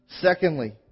Secondly